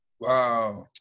wow